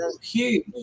huge